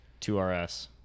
2RS